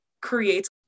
creates